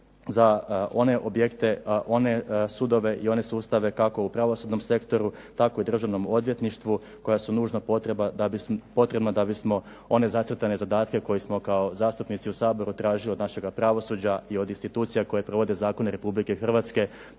za one objekte, one sudove i one sustave kako u pravosudnom sektoru, tako i u Državnom odvjetništvu koja su nužno potrebna da bismo one zacrtane zadatke koje smo kao zastupnici u Saboru tražili od našega pravosuđa i od institucija koje provode zakone Republike Hrvatske,